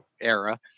era